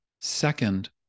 Second